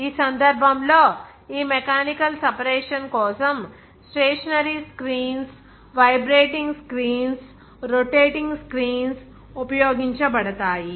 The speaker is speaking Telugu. ఈ సందర్భంలో ఈ మెకానికల్ సెపరేషన్ కోసం stationary screens vibrating screens rotating screens ఉపయోగించబడతాయి